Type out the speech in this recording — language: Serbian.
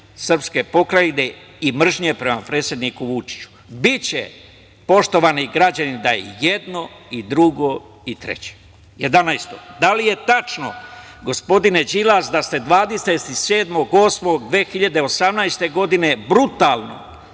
srpske pokrajine i mržnje prema predsedniku Vučiću? Biće, poštovani građani, da je i jedno i drugo i treće. Jedanaesto pitanje, da li je tačno, gospodine Đilas, da ste 27. avgusta 2018. godine brutalno,